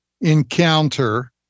encounter